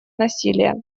насилия